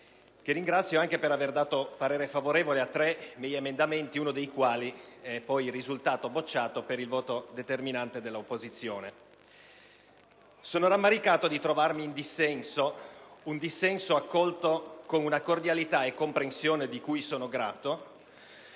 che ringrazio anche per aver dato parere favorevole a tre miei emendamenti, uno dei quali è poi risultato bocciato per il voto determinante dell'opposizione. Sono rammaricato di trovarmi in dissenso, un dissenso accolto con cordialità e comprensione di cui sono grato,